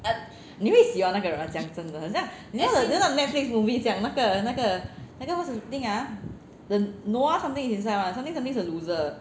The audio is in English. err 你会喜欢那个人吗讲真的很像那个那个 a season of netflix movie 这样那个那个 what's the thing ah the noah something is inside one something something is a loser